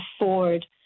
afford